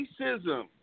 racism